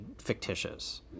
fictitious